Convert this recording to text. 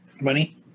Money